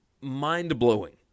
mind-blowing